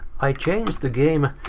i change the game,